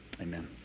amen